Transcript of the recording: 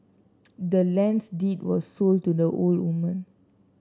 the land's deed was sold to the old woman